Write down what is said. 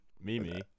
Mimi